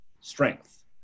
strength